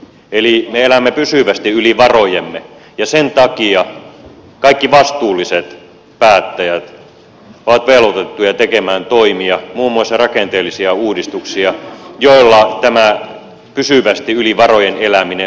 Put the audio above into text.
eli me elämme pysyvästi yli varojemme ja sen takia kaikki vastuulliset päättäjät ovat velvoitettuja tekemään toimia muun muassa rakenteellisia uudistuksia joilla tämä pysyvästi yli varojen eläminen loppuu